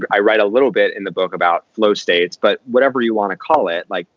i write a little bit in the book about flow states, but whatever you want to call it, like,